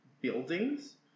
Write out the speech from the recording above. buildings